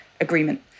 Agreement